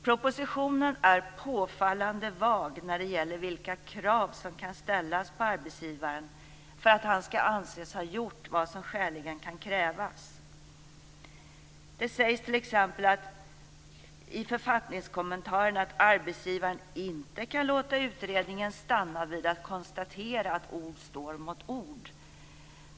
Propositionen är påfallande vag när det gäller vilka krav som kan ställas på arbetsgivaren för att han skall anses ha gjort vad som skäligen kan krävas. Det sägs t.ex. i författningskommentaren att arbetsgivaren inte kan låta utredningen stanna vid att konstatera att ord står mot ord.